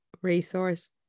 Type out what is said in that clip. resource